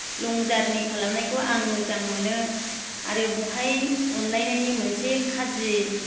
लं जार्नि खालामनायखौ आं मोजां मोनो आरो बेवहाय अनलायनायनि मोनसे खाजि